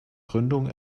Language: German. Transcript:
gründung